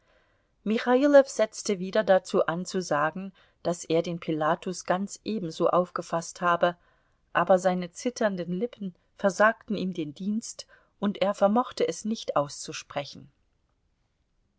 michailow setzte wieder dazu an zu sagen daß er den pilatus ganz ebenso aufgefaßt habe aber seine zitternden lippen versagten ihm den dienst und er vermochte es nicht auszusprechen